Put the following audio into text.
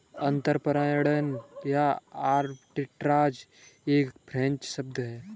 अंतरपणन या आर्बिट्राज एक फ्रेंच शब्द है